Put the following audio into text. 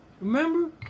Remember